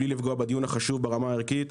מבלי לפגוע בדיון החשוב ברמה הערכית,